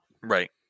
Right